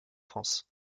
france